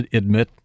admit